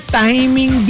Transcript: timing